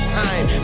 time